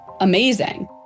amazing